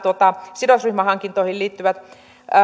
sidosryhmähankintoihin liittyvät